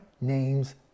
name's